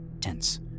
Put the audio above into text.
Tense